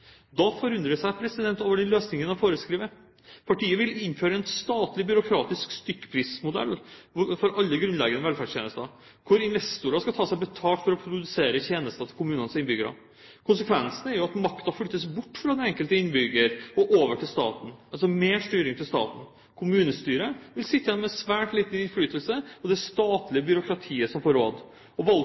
Da undres jeg over de løsningene som foreskrives. Partiet vil innføre en statlig byråkratisk stykkprismodell for alle grunnleggende velferdstjenester, hvor investorer skal ta seg betalt for å produsere tjenester til kommunenes innbyggere. Konsekvensen er jo at makta flyttes bort fra den enkelte innbygger og over til staten, altså mer statlig styring. Kommunestyret vil sitte igjen med svært liten innflytelse, og det statlige byråkratiet får råde. Valgfriheten er selvfølgelig knyttet til at de som